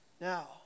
Now